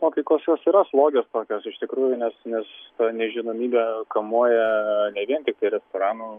nuotaikos jos yra slogios tokios iš tikrųjų nes nes ta nežinomybė kamuoja ne vien tiktai restoranų